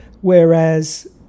whereas